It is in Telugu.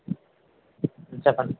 చెప్పండి